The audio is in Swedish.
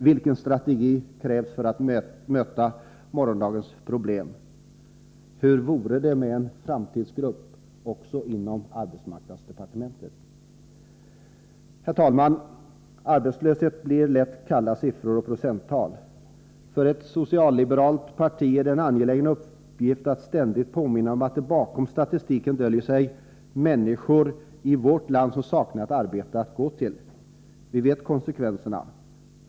Vilken strategi krävs för att möta morgondagens problem? Hur vore det med en framtidsgrupp också inom arbetsmarknadsdepartementet? Herr talman! Arbetslöshet blir lätt kalla siffror och procenttal. För ett socialliberalt parti är det en angelägen uppgift att ständigt påminna om att det bakom statistiken döljer sig människor i vårt land som saknar ett arbete att gå till. Vi vet konsekvenserna.